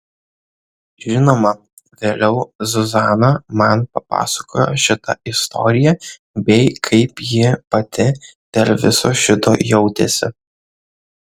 žinoma vėliau zuzana man papasakojo šitą istoriją bei kaip ji pati dėl viso šito jautėsi